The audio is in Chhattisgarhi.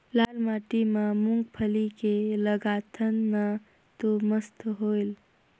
लाल माटी म मुंगफली के लगाथन न तो मस्त होयल?